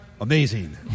amazing